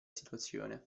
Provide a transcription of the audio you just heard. situazione